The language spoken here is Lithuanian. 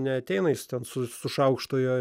neateina iš ten su šaukštu